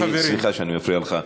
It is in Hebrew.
סליחה שאני מפריע לך.